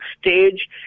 stage